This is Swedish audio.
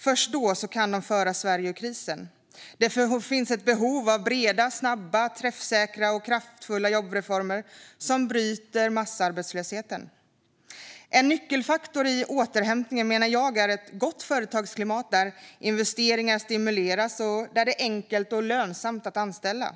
Först då kan de föra Sverige ur krisen. Det finns ett behov av breda, snabba, träffsäkra och kraftfulla jobbreformer som bryter massarbetslösheten. En nyckelfaktor i återhämtningen är ett gott företagsklimat där investeringar stimuleras och där det är enkelt och lönsamt att anställa.